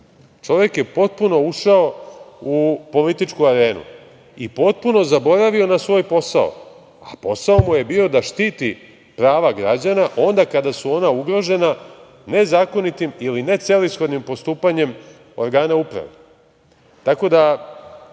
Čovek je potpuno ušao u političku arenu i potpuno zaboravio na svoj posao, a posao mu je bio da štiti prava građana onda kada su ona ugrožena nezakonitim ili necelishodnim postupanjem organa uprave. Tako